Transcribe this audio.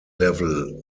level